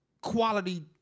quality